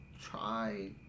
try